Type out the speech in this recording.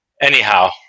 anyhow